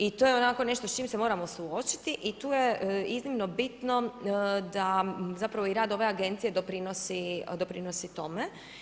I to je onako nešto s čime se moramo suočiti i tu je iznimno bitno da zapravo i rad ove Agencije doprinosi tome.